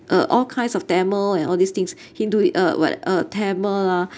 uh all kinds of tamil and all these things hindu it uh what uh tamil lah